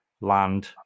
land